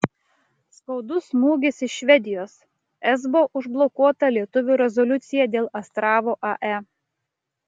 skaudus smūgis iš švedijos esbo užblokuota lietuvių rezoliucija dėl astravo ae